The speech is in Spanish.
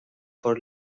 por